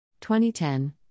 2010